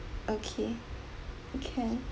okay can